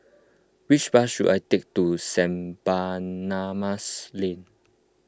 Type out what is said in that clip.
which bus should I take to Saint Barnabas Lane